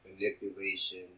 manipulation